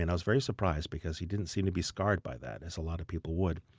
and i was very surprised because he didn't seem to be scarred by that, as a lot of people would.